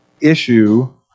issue